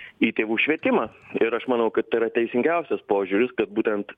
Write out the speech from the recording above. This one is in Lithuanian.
į tėvų švietimą ir aš manau kad tai yra teisingiausias požiūris kad būtent